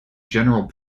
general